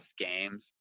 games